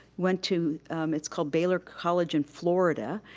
went to it's called bailard college in florida,